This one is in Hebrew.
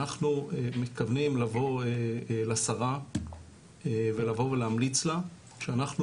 אנחנו מתכוונים לבוא לשרה ולהמליץ לה שאנחנו